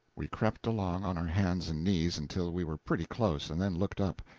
we crept along on our hands and knees until we were pretty close, and then looked up.